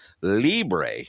Libre